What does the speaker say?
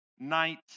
night